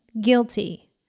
guilty